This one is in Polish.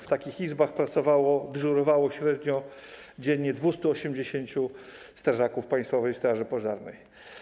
W takich izbach pracowało, dyżurowało średnio dziennie 280 strażaków Państwowej Straży Pożarnej.